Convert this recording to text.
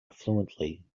fluently